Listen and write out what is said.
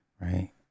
right